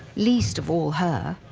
least of all her.